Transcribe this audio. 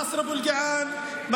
היושב-ראש, תשתיק אותה.